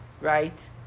right